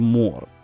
more